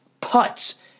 putts